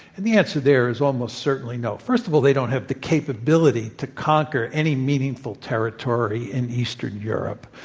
and the answer there is almost certainly, no. first of all, they don't have the capability to conquer any meaningful territory in eastern europe.